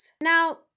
Now